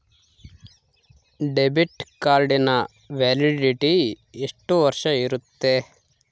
Debit ಕಾರ್ಡಿನ validity ಎಷ್ಟು ವರ್ಷ ಇರುತ್ತೆ?